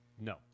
no